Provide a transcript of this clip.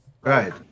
right